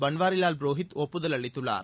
பன்வாரிலால் புரோஹித் ஜப்புதல் அளித்துள்ளார்